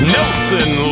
Nelson